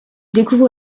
découvre